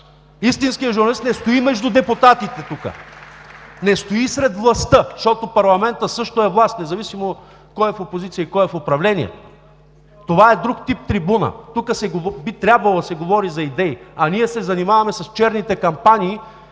Истинският журналист не стои между депутатите тук (ръкопляскания от ГЕРБ), не стои сред властта, защото парламентът също е власт, независимо кой е в опозиция и кой е в управление. Това е друг тип трибуна, тук би трябвало да се говори за идеи, а ние се занимаваме с черните кампании